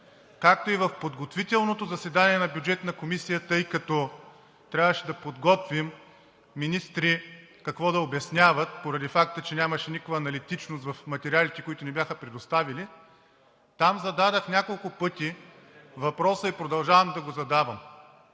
както и в подготвителното заседание на Бюджетната комисия, тъй като трябваше да подготвим министри какво да обясняват поради факта, че нямаше никаква аналитичност в материалите, които ни бяха предоставили, там зададох няколко пъти въпроса и продължавам да го задавам